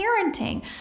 parenting